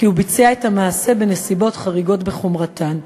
כי הוא ביצע את המעשה בנסיבות חריגות בחומרתן.